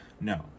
No